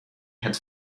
had